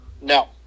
No